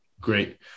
Great